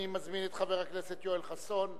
אני מזמין את חבר הכנסת יואל חסון.